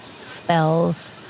spells